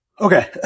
okay